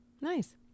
Nice